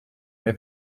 mai